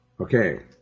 Okay